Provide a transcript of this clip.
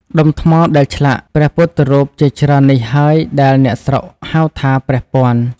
ដុំថ្មដែលឆ្លាក់ព្រះពុទ្ធរូបជាច្រើននេះហើយដែលអ្នកស្រុកហៅថា “ព្រះពាន់”។